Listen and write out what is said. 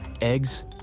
eggs